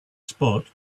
spot